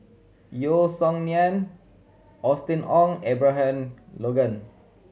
Yeo Song Nian Austen Ong Abraham Logan